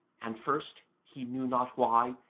and first, he knew not why,